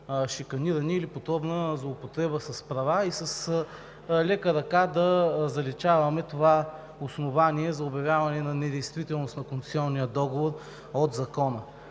шиканиране или подобна злоупотреба с права и с лека ръка да заличаваме това основание за обявяване на недействителност на концесионния договор от Закона.